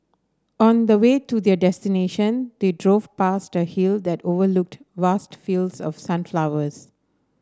on the way to their destination they drove past a hill that overlooked vast fields of sunflowers